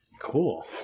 Cool